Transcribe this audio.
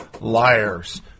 liars